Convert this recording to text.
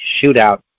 shootout